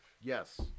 Yes